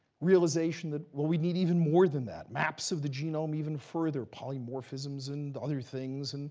realization that what we need even more than that, maps of the genome. even further, polymorphisms and other things. and